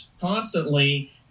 constantly